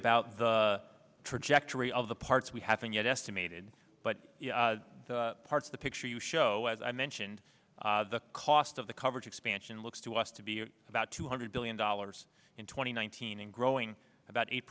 about the trajectory of the parts we haven't yet estimated but the part of the picture you show as i mentioned the cost of the coverage expansion looks to us to be about two hundred billion dollars in two thousand and nineteen and growing about eight